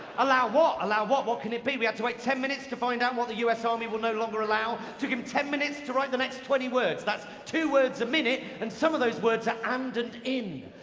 allow what? allow what? what can it be? we had to wait ten minutes to find out what the us army will no longer allow, took him ten minutes to write the next twenty words. that's two words a minute, and some of those words are and and in.